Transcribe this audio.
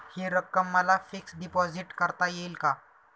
हि रक्कम मला फिक्स डिपॉझिट करता येईल का?